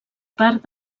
part